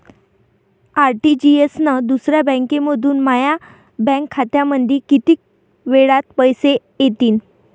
RTGS न दुसऱ्या बँकेमंधून माया बँक खात्यामंधी कितीक वेळातं पैसे येतीनं?